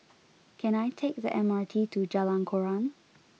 can I take the M R T to Jalan Koran